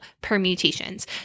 permutations